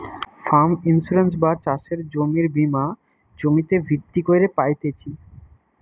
farm insurance বা চাষের জমির বীমা জমিতে ভিত্তি কইরে পাইতেছি